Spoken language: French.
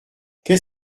qu’est